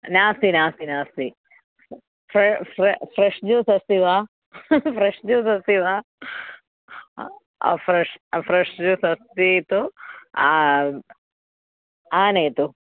नास्ति नास्ति नास्ति फ्रे़ फ्रे़ फ़्रेश् ज्यूस् अस्ति वा फ़्रेश् ज्यूस् अस्ति वा फ़्रेश् फ़्रेश् ज्यूस् अस्ति तु आनयतु